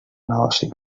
negoci